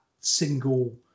single